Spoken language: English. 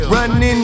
Running